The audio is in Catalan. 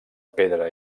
pedra